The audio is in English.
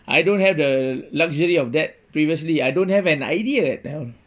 I don't have the luxury of that previously I don't have an idea um